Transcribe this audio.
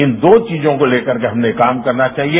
इन दो चीजों को लेकर के हमें काम करना चाहिए